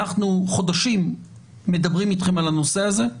אנחנו חודשים מדברים אתכם על הנושא הזה,